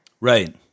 right